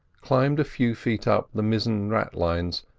climbed a few feet up the mizzen ratlins,